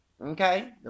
Okay